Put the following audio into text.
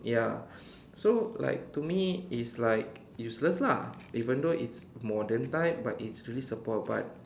ya so like to me it's like useless lah even though it's modern type but it's really support but